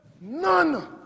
none